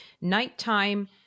nighttime